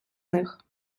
них